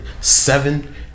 seven